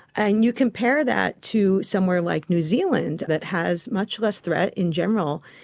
and you compare that to somewhere like new zealand that has much less threat in general,